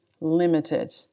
Limited